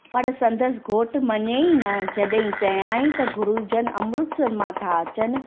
पर संदसि घोटु मञे ई न जॾहिं चयां ई त गुरुजनि अमृतसर मां था अचनि